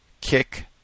kick